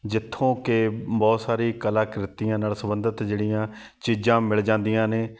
ਜਿੱਥੋਂ ਕਿ ਬਹੁਤ ਸਾਰੀ ਕਲਾ ਕ੍ਰਿਤੀਆਂ ਨਾਲ ਸੰਬੰਧਿਤ ਜਿਹੜੀਆਂ ਚੀਜ਼ਾਂ ਮਿਲ ਜਾਂਦੀਆਂ ਨੇ